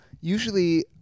Usually